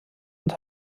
und